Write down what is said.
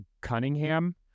cunningham